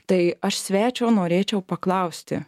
tai aš svečio norėčiau paklausti